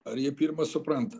ar jie pirma supranta